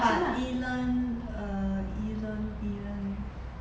but E learn err E learn E learn